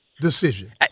decision